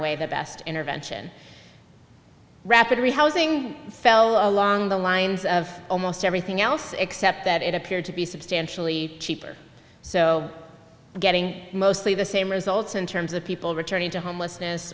away the best intervention rapidly housing fell along the lines of almost everything else except that it appeared to be substantially cheaper so getting mostly the same results in terms of people returning to homelessness